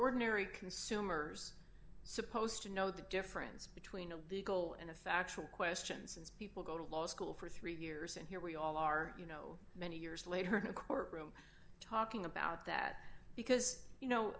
ordinary consumers supposed to know the difference between a legal and a factual questions as people go to law school for three years and here we all are you know many years later in a courtroom talking about that because you know